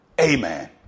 amen